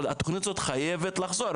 אבל התוכנית הזאת חייבת לחזור,